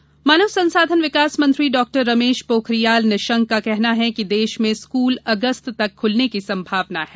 देश स्कूल मानव संसाधन विकास मंत्री डॉ रमेश पोखरियाल निशंक का कहना है कि देश में स्कूल अगस्त तक खुलने की संभावना है